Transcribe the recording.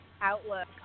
outlook